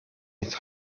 nicht